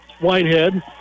Whitehead